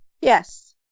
Yes